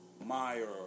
Meyer